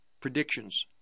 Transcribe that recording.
predictions